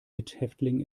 mithäftling